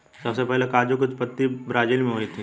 सबसे पहले काजू की उत्पत्ति ब्राज़ील मैं हुई थी